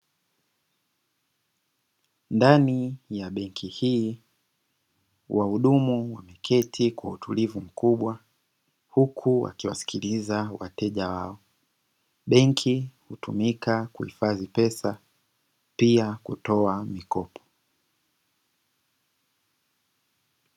Ndani ya benki hii wahudumu wameketi kwa utulivu mkubwa huku wakiwasikiliza wateja wao, benki hutumika kuhifadhi pesa pia kutoa mikopo.